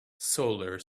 solar